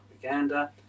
propaganda